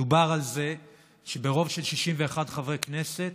מדובר על זה שברוב של 61 חברי כנסת